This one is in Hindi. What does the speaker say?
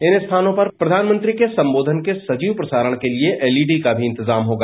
इन स्थानों पर प्रयानमंत्री के संबोधन के सजीव प्रसारण के लिए एलईडी का भी इंतजाम होगा